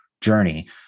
journey